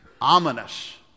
ominous